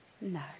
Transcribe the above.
No